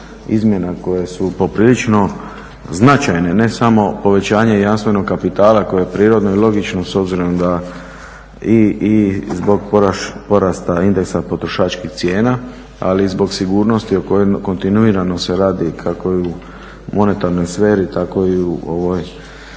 izmjena koje su poprilično značajne, ne samo povećanje jamstvenog kapitala koje je prirodno i logično s obzirom da i zbog porasta indeksa potrošačkih cijena ali i zbog sigurnosti o kojoj kontinuirano se radi kako i u monetarnoj sferi tako i u ovoj